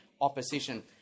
opposition